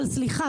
סליחה,